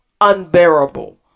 unbearable